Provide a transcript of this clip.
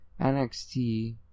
NXT